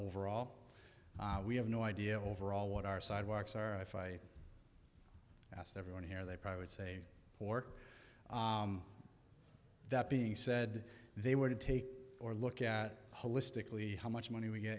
overall we have no idea overall what our sidewalks are if i asked everyone here they probably would say or that being said they were to take or look at holistically how much money we get